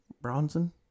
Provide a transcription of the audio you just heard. Bronson